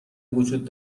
وجود